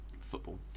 football